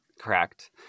Correct